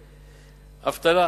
אבטלה,